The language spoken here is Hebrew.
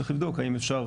צריך לבדוק האם אפשר